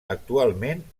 actualment